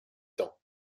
temps